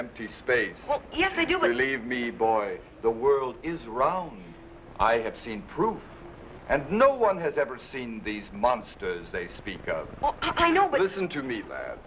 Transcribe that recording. empty space yes they do believe me boy the world is right i have seen proof and no one has ever seen these monsters they speak of i know but listen to me that